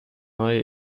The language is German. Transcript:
mai